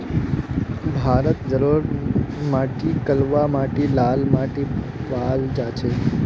भारतत जलोढ़ माटी कलवा माटी लाल माटी पाल जा छेक